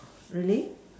really